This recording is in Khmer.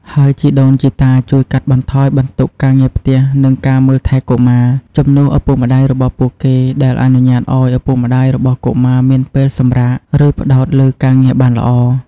ហើយជីដូនជីតាជួយកាត់បន្ថយបន្ទុកការងារផ្ទះ និងការមើលថែកុមារ ជំនួសឪពុកម្តាយរបស់ពួកគេ ដែលអនុញ្ញាតឱ្យឪពុកម្តាយរបស់កុមារមានពេលសម្រាក ឬផ្តោតលើការងារបានល្អ។